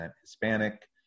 Hispanic